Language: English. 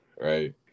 right